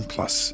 Plus